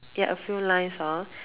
there're a few lines hor